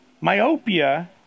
Myopia